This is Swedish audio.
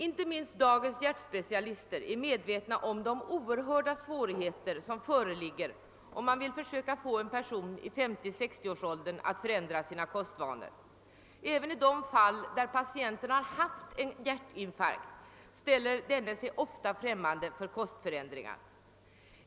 Inte minst dagens hjärtspecialister är medvetna om de oerhörda svårigheter som föreligger när man försöker få en person i 50—560-årsåldern att förändra sina kostvanor. Även en patient som har haft en hjärtinfarkt ställer sig ofta främmande till kostförändringar.